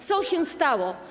Co się stało?